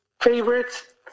favorites